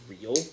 real